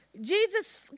Jesus